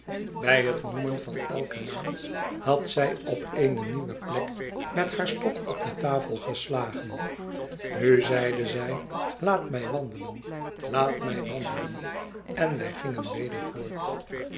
by het noemen van elken naam had zij op eene nieuwe plek met haar stok op de tafel gestagen nu zeide zij laat mij wandelen laat mij wandelen en wij gingen weder voort